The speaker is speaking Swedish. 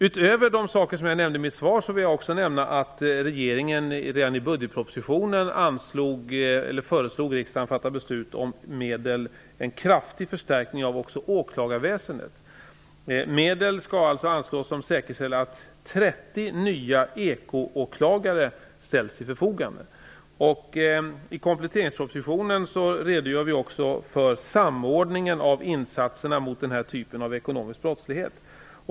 Utöver de saker som jag tog upp i mitt svar vill jag också nämna att regeringen redan i budgetpropositionen föreslog riksdagen att fatta beslut om medel till en kraftig förstärkning av åklagarväsendet. Medel skall alltså anslås som säkerställer att 30 nya ekoåklagare ställs till förfogande. I kompletteringspropositionen redogör vi också för samordningen av insatserna mot denna typ av ekonomisk brottslighet.